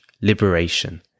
liberation